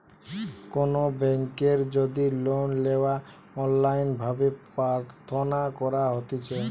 কোনো বেংকের যদি লোন লেওয়া অনলাইন ভাবে প্রার্থনা করা হতিছে